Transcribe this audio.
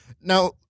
Now